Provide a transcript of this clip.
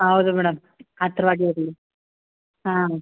ಹೌದು ಮೇಡಮ್ ಹತ್ತಿರವಾಗೇ ಇರಲಿ ಹಾಂ